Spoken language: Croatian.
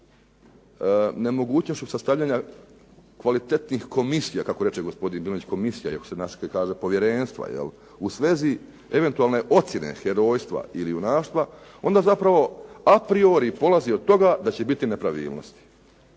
nemogućnošću sastavljanja kvalitetnih komisija, kako reče gospodin Dujmović, komisija iako se naški kaže povjerenstvo, u svezi eventualne ocjene herojstva ili junaštva, onda zapravo a priori polazi od toga da će biti nepravilnosti